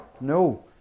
No